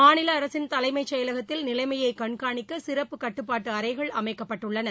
மாநில அரசின் தலைமைச் செயலகத்தில் நிலைமையை கண்காணிக்க சிறப்பு கட்டுப்பாட்டு அறைகள் அமைக்கப்பட்டுள்ளன